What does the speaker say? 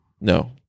No